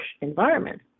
environment